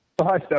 Hi